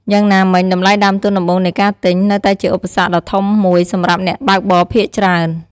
យ៉ាងណាមិញ តម្លៃដើមទុនដំបូងនៃការទិញ នៅតែជាឧបសគ្គដ៏ធំមួយសម្រាប់អ្នកបើកបរភាគច្រើន។